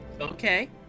Okay